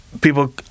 people